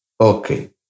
Okay